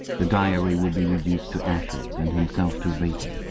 the diary would be reduced to ashes and himself to vapour.